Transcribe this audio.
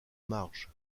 marges